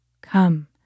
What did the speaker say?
Come